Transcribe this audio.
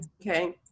Okay